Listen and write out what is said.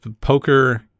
poker